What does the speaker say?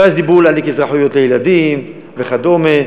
ואז דיברו להעניק אזרחויות לילדים וכדומה.